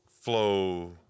flow